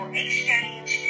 exchange